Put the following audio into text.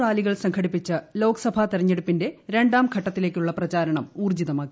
റാലികൾ സംഘടിപ്പിച്ച് ലോക്സഭാ തെരഞ്ഞെടുപ്പിന്റെ രണ്ടാംഘട്ടത്തിലേക്കുള്ള പ്രചാരണം ഊർജ്ജിതമാക്കി